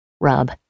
Rub